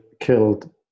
killed